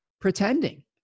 pretending